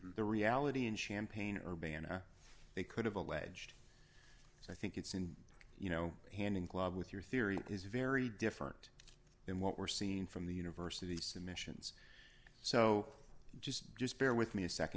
the reality in champaign urbana they could have alleged so i think it's in you know hand in glove with your theory is very different than what we're seeing from the university submissions so just just bear with me a